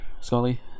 Scully